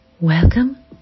Welcome